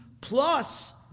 plus